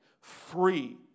free